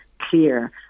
clear